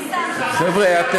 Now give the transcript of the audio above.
תסלח לי, חבר'ה,